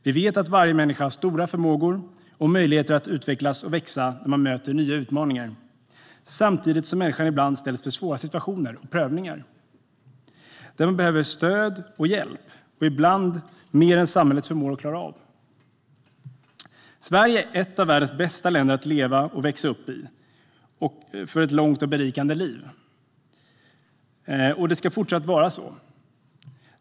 Vi vet att alla människor har stora förmågor och möjligheter att utvecklas och växa när de möter nya utmaningar. Samtidigt ställs människor ibland inför svåra situationer och prövningar då de behöver stöd och hjälp, ibland mer än samhället förmår. Sverige är ett av världens bästa länder att leva i och växa upp i. Man kan leva ett långt och berikande liv. Det ska fortsatt vara så.